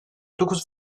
dokuz